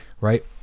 Right